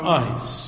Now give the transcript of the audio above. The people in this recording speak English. eyes